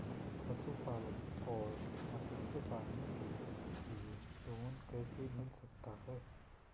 पशुपालन और मत्स्य पालन के लिए लोन कैसे मिल सकता है?